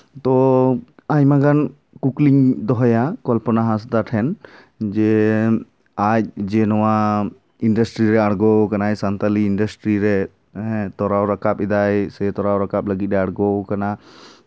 ᱛᱚ ᱟᱭᱢᱟ ᱜᱟᱱ ᱠᱩᱠᱞᱤᱧ ᱫᱚᱦᱚᱭᱟ ᱠᱚᱞᱯᱚᱱᱟ ᱦᱟᱸᱥᱫᱟ ᱴᱷᱮᱱ ᱡᱮ ᱟᱡ ᱡᱮ ᱱᱚᱣᱟ ᱤᱱᱰᱟᱥᱴᱨᱤ ᱨᱮ ᱟᱬᱜᱳᱣᱟᱠᱟᱱᱟᱭ ᱥᱟᱱᱛᱟᱞᱤ ᱤᱱᱰᱟᱥᱴᱨᱤ ᱨᱮ ᱛᱚᱨᱟᱣ ᱨᱟᱠᱟᱵ ᱮᱫᱟᱭ ᱥᱮ ᱛᱚᱨᱟᱣ ᱨᱟᱠᱟᱵ ᱞᱟᱹᱜᱤᱫ ᱮ ᱟᱬᱜᱳᱣᱟᱠᱟᱱᱟ